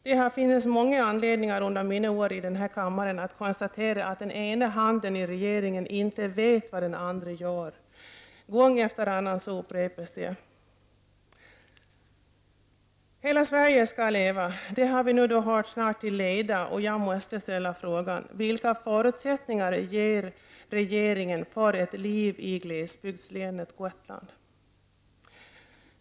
Det har funnits många anledningar under mina år i denna kammare att konstatera att den ena handen i regeringen inte vet vad den andra gör. Gång efter annan upprepas detta. Hela Sverige skall leva -- det har vi snart hört till leda. Jag måste då ställa frågan: Vilka förutsättningar ger regeringen för ett liv i glesbygdslänet Gotland?